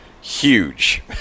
huge